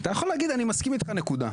אתה יכול להגיד "אני מסכים איתך נקודה".